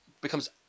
becomes